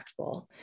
impactful